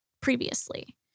previously